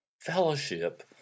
Fellowship